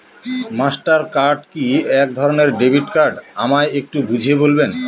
Master card কি একধরণের debit card আমায় একটু বুঝিয়ে বলবেন?